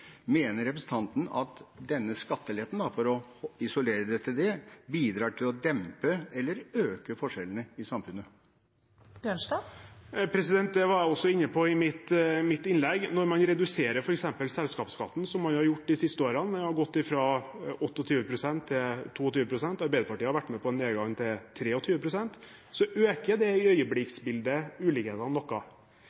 Mener representanten Bjørnstad at denne skatteletten – for å isolere det til det – bidrar til å dempe eller øke forskjellene i samfunnet? Jeg var i mitt innlegg også inne på at når man reduserer f.eks. selskapsskatten, som man har gjort de siste årene – man har gått fra 28 pst. til 22 pst., Arbeiderpartiet har vært med på en nedgang til 23 pst. – så øker det